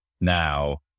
now